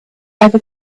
ever